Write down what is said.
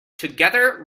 together